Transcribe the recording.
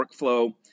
workflow